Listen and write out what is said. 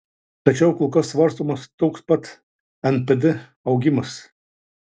tačiau kol kas svarstomas toks pat npd augimas